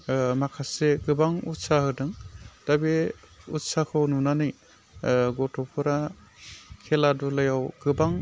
माखासे गोबां उत्सा होदों दा बे उस्साखौ नुनानै गथ'फोरा खेला धुलायाव गोबां